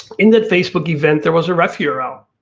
in that facebook event there was a ref yeah url,